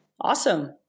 awesome